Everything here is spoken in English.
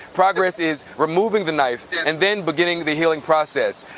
progress is removing the knife and then beginning the healing process.